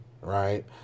right